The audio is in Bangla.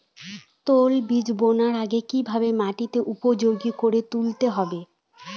তৈলবীজ বোনার আগে কিভাবে মাটিকে উপযোগী করে তুলতে হবে?